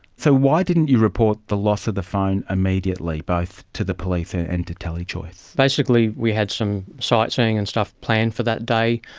so why didn't you report the loss of the phone immediately, both to the police and and to telechoice? basically we had some sightseeing and stuff planned for that day,